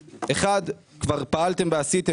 כבר פעלתם ועשיתם,